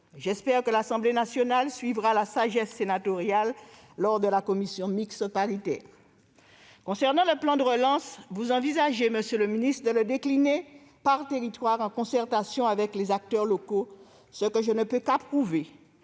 J'espère que l'Assemblée nationale suivra la sagesse sénatoriale lors de la commission mixte paritaire. Monsieur le ministre, vous envisagez de décliner le plan de relance par territoire, en concertation avec les acteurs locaux, ce que je ne puis qu'approuver.